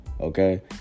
okay